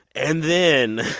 and then.